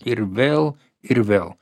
ir vėl ir vėl